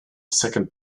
second